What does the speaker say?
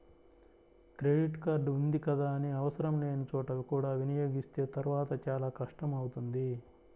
credit card ఉంది కదా అని ఆవసరం లేని చోట కూడా వినియోగిస్తే తర్వాత చాలా కష్టం అవుతుంది